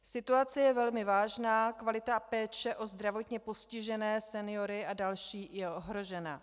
Situace je velmi vážná, kvalita a péče o zdravotně postižené, seniory a další je ohrožena.